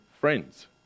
friends